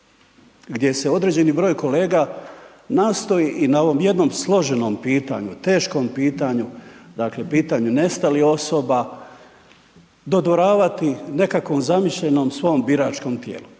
gdje se određeni broj kolega nastoji i na ovom jednom složenom pitanju, teškom pitanju, dakle, pitanju nestalih osoba, dodvoravati nekakvom zamišljenom svom biračkom tijelu.